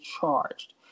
charged